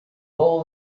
all